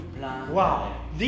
Wow